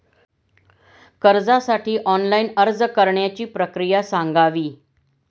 कर्जासाठी ऑनलाइन अर्ज करण्याची प्रक्रिया सांगावी